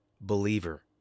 believer